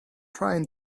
trying